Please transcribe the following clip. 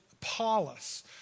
Paulus